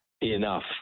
enough